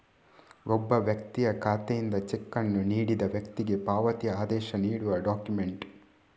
ಒಬ್ಬ ವ್ಯಕ್ತಿಯ ಖಾತೆಯಿಂದ ಚೆಕ್ ಅನ್ನು ನೀಡಿದ ವ್ಯಕ್ತಿಗೆ ಪಾವತಿ ಆದೇಶ ನೀಡುವ ಡಾಕ್ಯುಮೆಂಟ್